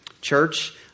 Church